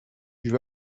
vais